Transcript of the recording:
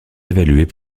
évalués